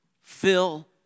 Fill